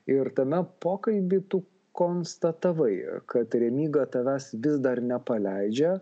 ir tame pokalbyje tu konstatavai kad remyga tavęs vis dar nepaleidžia